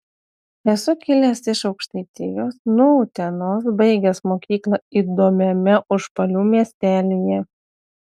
esu kilęs iš aukštaitijos nuo utenos baigęs mokyklą įdomiame užpalių miestelyje